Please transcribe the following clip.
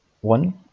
one